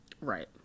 Right